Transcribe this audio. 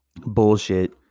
bullshit